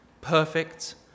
perfect